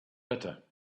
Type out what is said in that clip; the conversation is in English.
better